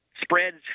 spreads